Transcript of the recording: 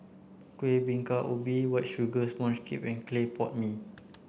Kueh Bingka Ubi white sugar sponge cake and Clay Pot Mee